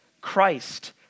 Christ